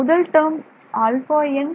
முதல் term αn1